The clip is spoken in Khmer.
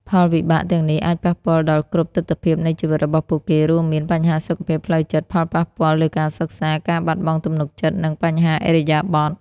ផលវិបាកទាំងនេះអាចប៉ះពាល់ដល់គ្រប់ទិដ្ឋភាពនៃជីវិតរបស់ពួកគេ រួមមាន បញ្ហាសុខភាពផ្លូវចិត្ត ផលប៉ះពាល់លើការសិក្សា ការបាត់បង់ទំនុកចិត្ត និងបញ្ហាឥរិយាបថ។